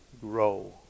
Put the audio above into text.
grow